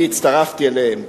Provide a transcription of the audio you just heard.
אני הצטרפתי אליהם,